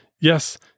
Yes